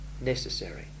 necessary